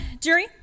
Jury